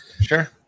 Sure